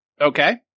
Okay